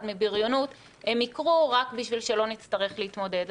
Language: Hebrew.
מבריונות הם יקרו רק בשביל שלא נצטרך להתמודד.